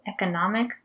economic